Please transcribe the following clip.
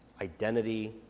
identity